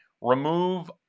remove